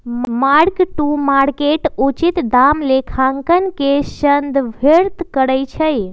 mark to market उचित दाम लेखांकन के संदर्भित करइ छै